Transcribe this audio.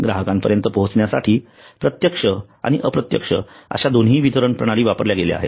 ग्राहकांपर्यंत पोहोचण्यासाठी प्रत्यक्ष आणि अप्रत्यक्ष अश्या दोन्ही वितरण प्रणाली वापरल्या गेल्या आहेत